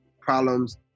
problems